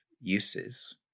uses